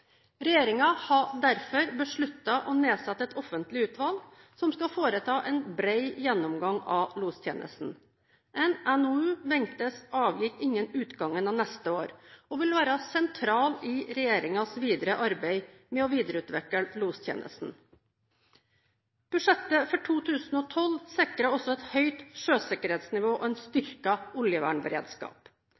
har derfor besluttet å nedsette et offentlig utvalg som skal foreta en bred gjennomgang av lostjenesten. En NOU ventes avgitt innen utgangen av neste år og vil være sentral i regjeringens videre arbeid med å videreutvikle lostjenesten. Budsjettet for 2012 sikrer også et høyt sjøsikkerhetsnivå og en styrket oljevernberedskap.